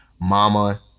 mama